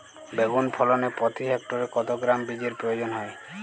বেগুন ফলনে প্রতি হেক্টরে কত গ্রাম বীজের প্রয়োজন হয়?